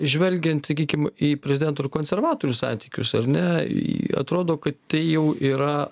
žvelgiant sakykim į prezidento ir konservatorių santykius ar ne į atrodo kad tai jau yra